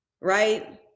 right